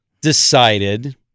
decided